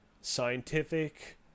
Scientific